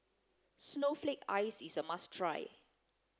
snowflake ice is a must try